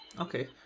Okay